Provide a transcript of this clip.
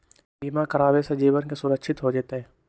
बीमा करावे से जीवन के सुरक्षित हो जतई?